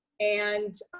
and